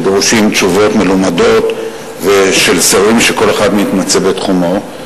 שדורשים תשובות מלומדות של שרים שכל אחד מתמצא בתחומו.